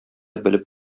белеп